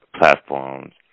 platforms